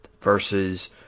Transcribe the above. versus